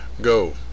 Go